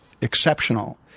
exceptional